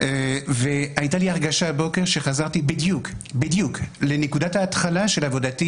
והייתה לי הרגשה הבוקר שחזרתי בדיוק לנקודת ההתחלה של עבודתי